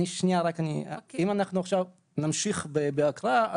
אם אנחנו נמשיך עכשיו בהקראה,